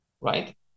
right